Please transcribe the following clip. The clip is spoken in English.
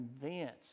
convinced